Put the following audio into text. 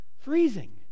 freezing